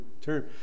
term